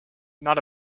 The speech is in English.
not